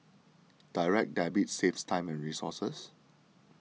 direct debit saves time and resources